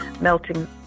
melting